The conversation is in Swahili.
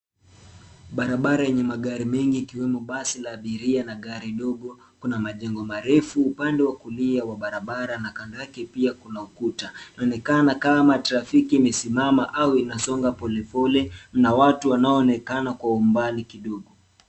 Barabara yenye magari mengi ikiwemo basi la abiria na gari ndogo. Kuna majengo marefu upande wa kulia wa barabara, na kando yake pia kuna ukuta. Inaonekana kama trafiki imesimama au inasonga pole pole, na watu wanaoonekana kwa umbali kidogo.